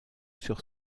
sur